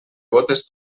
gotes